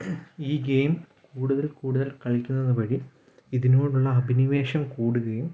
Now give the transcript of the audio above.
ഈ ഗെയിം കൂടുതൽ കൂടുതൽ കളിക്കുന്നതു വഴി ഇതിനോടുള്ള അഭിനിവേശം കൂടുകയും